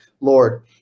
Lord